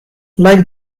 like